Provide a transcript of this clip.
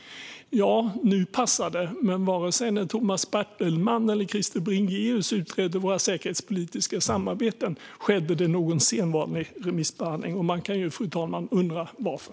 Ja, nu passar det. Men när Tomas Bertelman eller Krister Bringéus utredde våra säkerhetspolitiska samarbeten skedde inga sedvanliga remissbehandlingar. Man kan undra varför, fru talman.